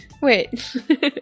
Wait